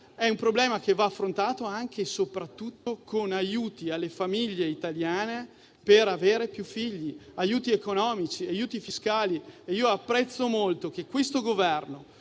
è un problema che va affrontato anche e soprattutto con aiuti alle famiglie italiane per fare più figli, che siano aiuti sia economici, sia fiscali. Apprezzo molto che questo Governo,